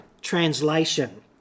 translation